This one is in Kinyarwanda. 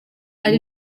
ari